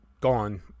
gone